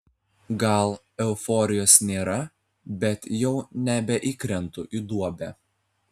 gal euforijos nėra bet jau nebeįkrentu į duobę